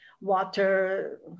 water